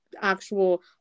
actual